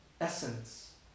essence